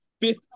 fifth